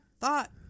thought